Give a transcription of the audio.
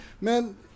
man